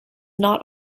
not